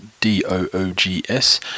D-O-O-G-S